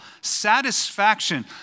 satisfaction